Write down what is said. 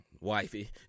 wifey